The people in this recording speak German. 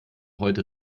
heute